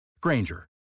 Granger